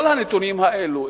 כל הנתונים האלה,